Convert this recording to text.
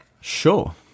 Sure